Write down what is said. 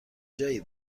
جایی